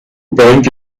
punk